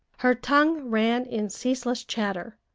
her tongue ran in ceaseless chatter.